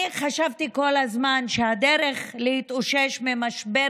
אני חשבתי כל הזמן שהדרך להתאושש ממשבר